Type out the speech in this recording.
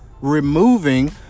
removing